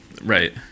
right